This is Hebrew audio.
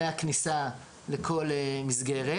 מהכניסה לכל מסגרת.